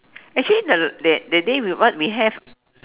actually the that that day we what we have